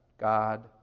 God